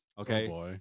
Okay